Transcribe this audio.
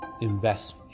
invest